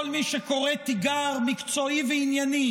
כל מי שקורא תיגר מקצועי וענייני